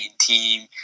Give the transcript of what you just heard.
team